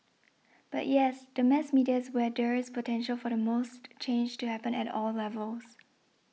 but yes the mass media is where there is potential for the most change to happen at all levels